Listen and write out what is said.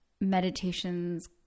meditations